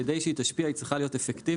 כדי שהיא תשפיע היא צריכה להיות אפקטיבית,